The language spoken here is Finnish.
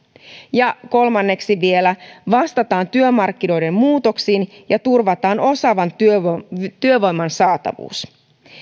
ja kolmanneksi vielä vastataan työmarkkinoiden muutoksiin ja turvataan osaavan työvoiman työvoiman saatavuus